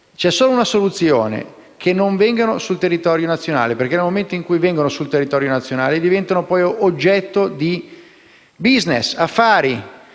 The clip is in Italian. C'è solo una soluzione: non vengano sul territorio nazionale, perché, nel momento in cui arrivano sul territorio nazionale, diventano oggetto di *business* e di